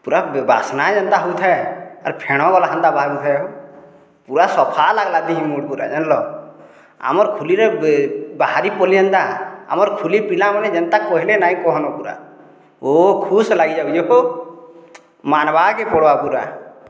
ପୁରା ବାସ୍ନା ଯେନ୍ତା ହଉଥାଏ ଆର୍ ଫେଣ ଗଲା ହେନ୍ତା ବାହାରୁଥାଏ ହୋ ପୁରା ସଫା ଲାଗ୍ଲା ଦିହି ମୁଁଣ୍ଡ୍ ପୁରା ଜାନ୍ଲ ଆମର୍ ଖୁଲିରେ ବାହାରି ପଡ଼୍ଲି ଜେନ୍ତା ଆମର୍ ଖୁଲି ପିଲାମାନେ ଯେନ୍ତା କହେଲେ ନାଇଁ କହନ ପୁରା ଓ ଖୁସ୍ ଲାଗି ଯାଉଛେ ହୋ ମାନ୍ବାକେ ପଡ଼୍ବା ପୁରା